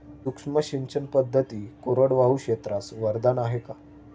सूक्ष्म सिंचन पद्धती कोरडवाहू क्षेत्रास वरदान आहे का?